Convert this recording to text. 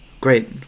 great